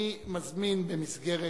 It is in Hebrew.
אני מזמין, במסגרת